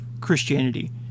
Christianity